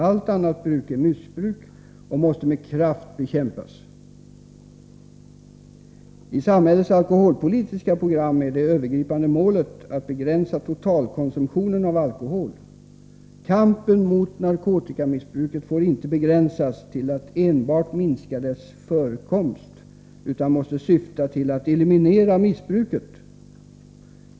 Allt annat bruk är missbruk och måste med kraft bekämpas. I samhällets alkoholpolitiska program är det övergripande målet att begränsa totalkonsumtionen av alkohol. Kampen mot narkotikamissbruket får inte begränsas till att enbart minska dess förekomst, utan måste syfta till att eliminera missbruket.